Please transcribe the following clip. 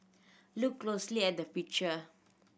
look closely at the picture